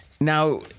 Now